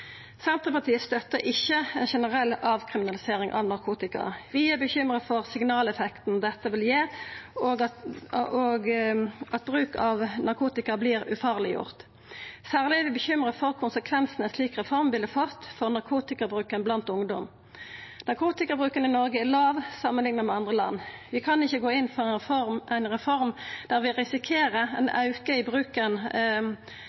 Senterpartiet støttar ikkje ei generell avkriminalisering av narkotika. Vi er bekymra for signaleffekten dette vil gi, og at bruk av narkotika vert ufarleggjort. Særleg er vi bekymra for konsekvensane ei slik reform ville fått for narkotikabruken blant ungdom. Narkotikabruken i Noreg er lav samanlikna med andre land. Vi kan ikkje gå inn for ei reform der vi risikerer ein